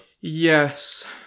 Yes